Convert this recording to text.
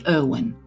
Irwin